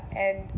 and